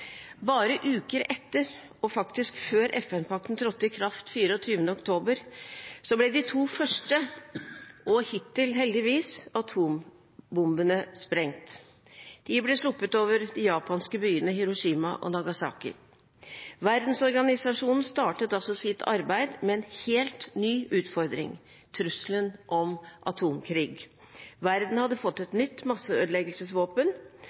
Bare uker etter – og faktisk før FN-pakten trådte i kraft den 24. oktober – ble de to første og hittil siste, heldigvis, atombombene sprengt. De ble sluppet over de japanske byene Hiroshima og Nagasaki. Verdensorganisasjonen startet altså sitt arbeid med en helt ny utfordring – trusselen om atomkrig. Verden hadde fått